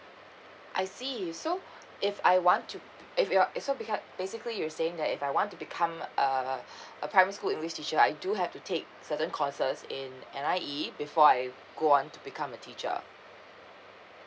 I see so if I want to if you're and so become basically you're saying that if I want to become a a primary school english teacher I do have to take certain courses in N_I_E before I go on to become a teacher